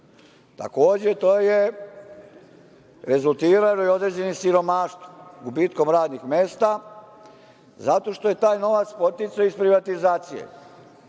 Takođe, to je rezultiralo i određeno siromaštvo, gubitkom radnih mesta, zato što je taj novac poticao iz privatizacije,